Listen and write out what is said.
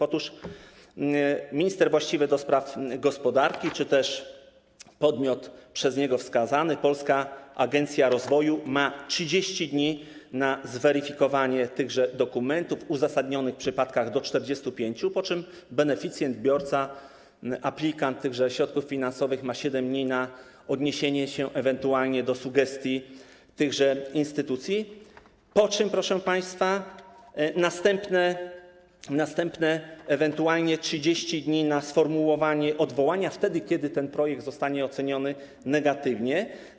Otóż minister właściwy do spraw gospodarki czy też podmiot przez niego wskazany, polska agencja rozwoju, ma 30 dni na zweryfikowanie dokumentów, w uzasadnionych przypadkach - do 45, po czym beneficjent, biorca, aplikant tychże środków finansowych ma 7 dni na odniesienie się ewentualnie do sugestii tychże instytucji, po czym, proszę państwa, ewentualnie następne 30 dni na sformułowanie odwołania wtedy, kiedy ten projekt zostanie oceniony negatywnie.